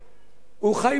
הוא חי באספמיה.